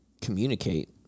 communicate